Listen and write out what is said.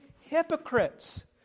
hypocrites